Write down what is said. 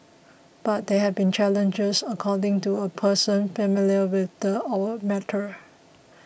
but there have been challenges according to a person familiar with the matter